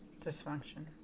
dysfunction